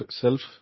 self